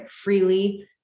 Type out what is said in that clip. freely